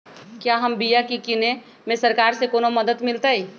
क्या हम बिया की किने में सरकार से कोनो मदद मिलतई?